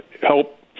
help